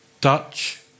Dutch